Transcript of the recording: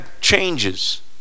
changes